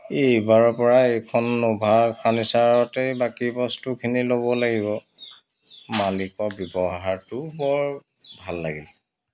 এইবাৰৰ পৰা এইখন ন'ভা ফাৰ্ণিচাৰতে বাকী বস্তুখিনি ল'ব লাগিব মালিকৰ ব্যৱহাৰটোও বৰ ভাল লাগিল